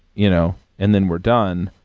you know and then we're done.